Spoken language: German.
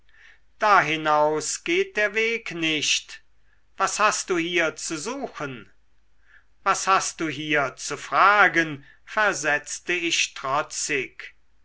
siehst dahinaus geht der weg nicht was hast du hier zu suchen was hast du hier zu fragen versetzte ich trotzig